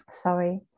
sorry